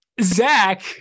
Zach